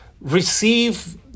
receive